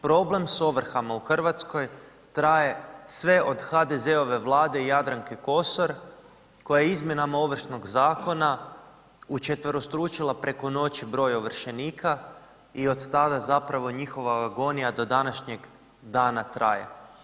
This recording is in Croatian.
Problem s ovrhama u Hrvatskoj traje sve od HDZ-ove vlade i Jadranke Kosor koja je izmjenama Ovršnog zakona učetverostručila preko noći broj ovršenika i od tada zapravo njihova agonija do današnjeg dana traje.